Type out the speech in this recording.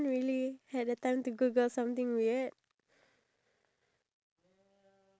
what superpower would be the most useful for society